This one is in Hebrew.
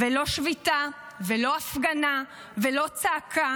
ולא שביתה, ולא הפגנה, ולא צעקה